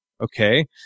Okay